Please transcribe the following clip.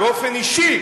באופן אישי,